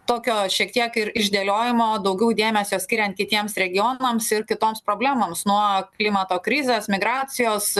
tokio šiek tiek ir išdėliojimo daugiau dėmesio skiriant kitiems regionams ir kitoms problemoms nuo klimato krizės migracijos